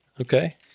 Okay